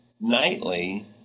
nightly